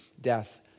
death